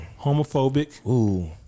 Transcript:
homophobic